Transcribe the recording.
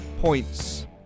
points